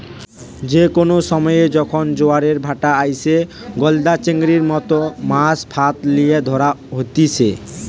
যে কোনো সময়ে যখন জোয়ারের ভাঁটা আইসে, গলদা চিংড়ির মতো মাছ ফাঁদ লিয়ে ধরা হতিছে